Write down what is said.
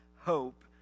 hope